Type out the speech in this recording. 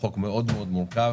הוא חוק מאוד מאוד מורכב.